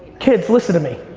kids listen to me.